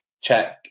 check